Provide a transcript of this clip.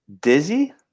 Dizzy